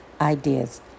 ideas